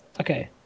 Okay